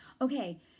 Okay